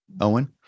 Owen